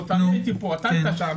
הבנתי איפה לא יהיה פער.